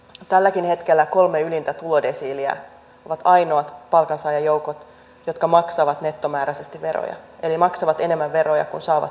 tälläkin hetkellä kolme ylintä tulodesiiliä ovat ainoat palkansaajajoukot jotka maksavat nettomääräisesti veroja eli maksavat enemmän veroja kuin saavat tulonsiirtoina